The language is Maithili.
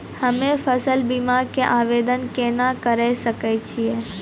हम्मे फसल बीमा के आवदेन केना करे सकय छियै?